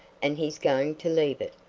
and he's going to leave it,